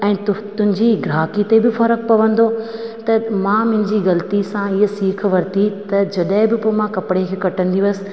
ऐं तु तुंहिंजी ग्राहकी ते बि फ़र्क़ु पवंदो त मां मुंहिंजी ग़लिती सां इहा सिख वरिती त जॾहिं बि मां कपिड़े खे कटंदी हुअसि